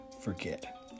forget